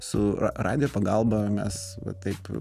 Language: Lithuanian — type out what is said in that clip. su radijo pagalba mes va taip